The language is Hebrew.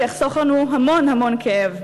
זה יחסוך לנו המון המון כאב.